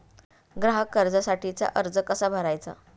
ग्राहक कर्जासाठीचा अर्ज कसा भरायचा?